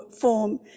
form